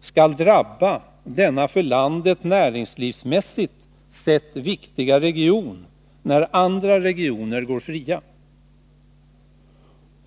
skall drabba denna för landet näringslivsmässigt sett viktiga region, när andra regioner går fria.